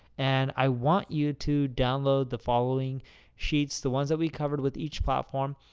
and i want you to download the following sheets, the ones that we covered with each platform,